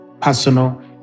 personal